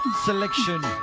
Selection